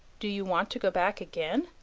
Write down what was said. do you want to go back again?